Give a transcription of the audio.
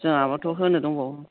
जोंहाबोथ' होनो दंबावो